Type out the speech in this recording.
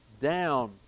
down